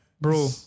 Bro